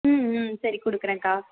ம்ம் சரி கொடுக்குறேன்க்கா